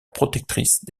protectrice